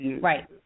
Right